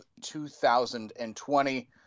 2020